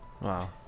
Wow